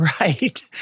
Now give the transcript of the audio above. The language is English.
right